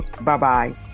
Bye-bye